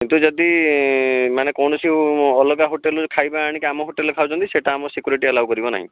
କିନ୍ତୁ ଯଦି ମାନେ କୋଣସି ଅଲଗା ହୋଟେଲରୁ ଖାଇବା ଆଣିକି ଆମ ହୋଟେଲରେ ଖାଉଛନ୍ତି ସେଟା ଆମ ସିକ୍ୟୁରିଟି ଆଲାଓ କରିବନାହିଁ